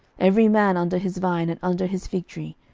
every man under his vine and under his fig tree,